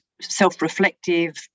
self-reflective